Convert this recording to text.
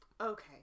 Okay